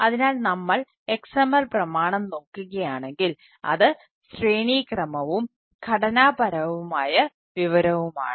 അതിനാൽ നമ്മൾ XML പ്രമാണം നോക്കുകയാണെങ്കിൽ അത് ശ്രേണിക്രമവും ഘടനാപരമായ വിവരവുമാണ്